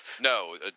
No